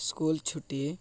school ଛୁଟି